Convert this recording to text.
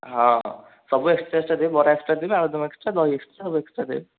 ହଁ ସବୁ extra extra ଦେବେ ବରା ଏକ୍ସଟ୍ରା ଦେବେ ଆଳୁଦମ୍ ଏକ୍ସଟ୍ରା ଦହି ଏକ୍ସଟ୍ରା ସବୁ ଏକ୍ସଟ୍ରା ଦେବେ